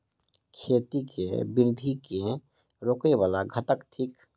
खेती केँ वृद्धि केँ रोकय वला घटक थिक?